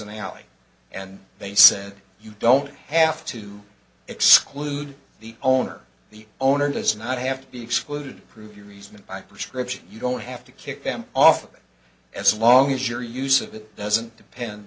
an alley and they said you don't have to exclude the owner the owner does not have to be excluded prove your easement by prescription you don't have to kick them off of it as long as your use of it doesn't depend